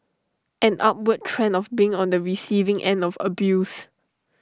an upward trend of being on the receiving end of abuse